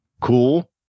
Cool